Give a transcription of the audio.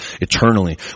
eternally